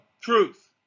truth